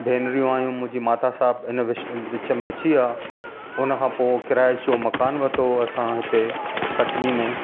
भेनरियूं आहियूं मुंहिंजी माता साहिबु इन विष विच में अची विया हुन खां पोइ किराए जो मकान वतो असां हिते कटनी में